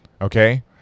Okay